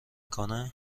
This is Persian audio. کنه